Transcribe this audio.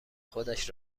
خودش